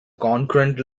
concurrent